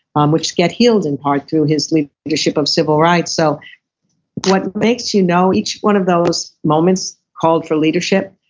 um which get healed in part through his leadership of civil rights, so what makes you know each one of those moments called for leadership,